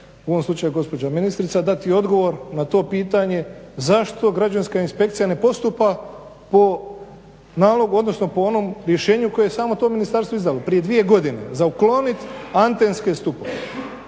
u ovom slučaju gospođa ministrica dati odgovor na to pitanje zašto građanska inspekcija ne postupa po nalogu odnosno po onom rješenju koje je samo to ministarstvo izabralo prije dvije godine za uklonit antenske stupove.